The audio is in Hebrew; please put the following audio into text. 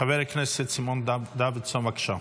חבר הכנסת סימון דוידסון, בבקשה.